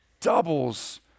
doubles